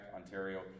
Ontario